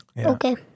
Okay